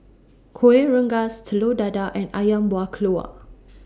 Kuih Rengas Telur Dadah and Ayam Buah Keluak